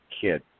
kid